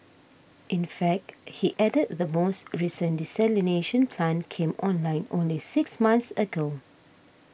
in fact he added the most recent desalination plant came online only six months ago